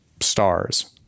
stars